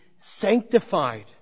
sanctified